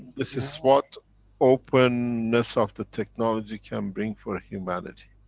this is what openness of the technology can bring for humanity.